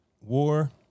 War